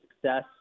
success